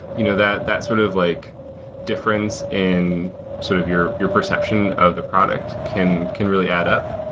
you know that that sort of like difference in sort of your your perception of the product can can really add up.